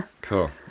cool